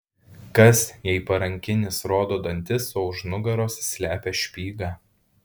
kas jei parankinis rodo dantis o už nugaros slepia špygą